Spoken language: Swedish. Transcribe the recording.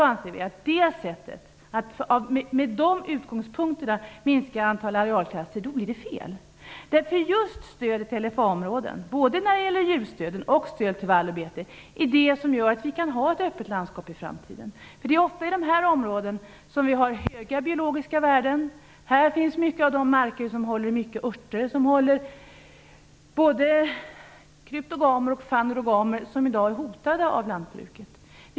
Om man minskar antalet arealklasser med de utgångspunkterna anser vi att det blir fel. medför att vi kan ha ett öppet landskap i framtiden. I dessa områden finns ofta höga biologiska värden. I dessa marker finns ofta mycket örter och både kryptogamer och fanerogamer som i dag är hotade av lantbruket.